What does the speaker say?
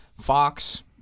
Fox